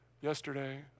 Yesterday